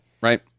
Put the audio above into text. right